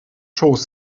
schoß